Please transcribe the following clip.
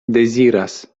deziras